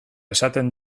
esaten